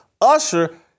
Usher